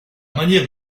manière